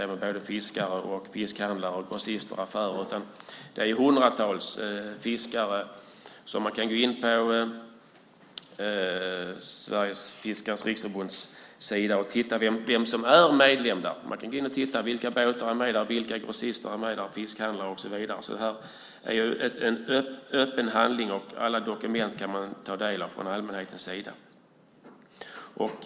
Det är hundratals fiskare, fiskhandlare, grossister och affärer. Man kan gå in på Sveriges Fiskares Riksförbunds sida och titta vilka som är medlemmar där; vilka båtar, grossister, fiskhandlare med flera som är med där. Det är en öppen handling, och allmänheten kan ta del av alla dokument.